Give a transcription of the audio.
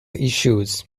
issues